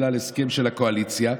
בגלל הסכם של הקואליציה,